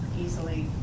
easily